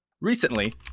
Recently